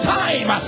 time